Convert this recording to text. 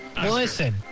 Listen